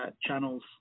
channels